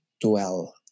dwell